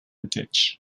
ditch